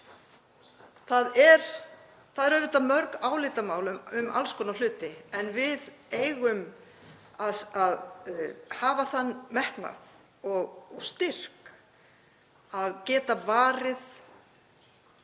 Það eru auðvitað mörg álitamál um alls konar hluti en við eigum að hafa þann metnað og styrk að geta varið